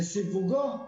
וסיווגו,